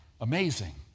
amazing